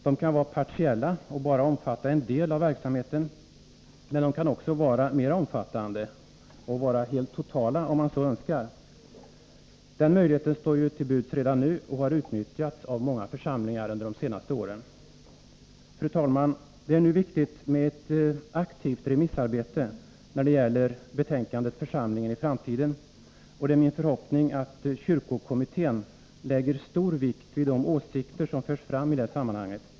De kan vara partiella och bara omfatta en del av verksamheten, men de kan också vara mer omfattande och, om man så önskar, inbegripa den totala verksamheten. Den möjligheten står ju till buds redan nu och har utnyttjats av många församlingar under de senaste åren. Fru talman! Det är nu viktigt med ett aktivt remissarbete när det gäller betänkandet Församlingen i framtiden, och det är min förhoppning att kyrkokommittén lägger stor vikt vid de åsikter som förs fram i det sammanhanget.